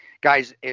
guys